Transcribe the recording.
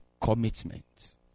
commitment